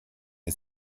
der